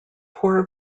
poor